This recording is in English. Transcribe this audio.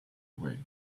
way